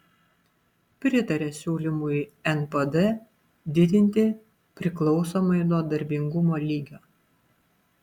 pritaria siūlymui npd didinti priklausomai nuo darbingumo lygio